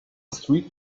street